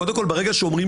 קודם כול, ברגע שאומרים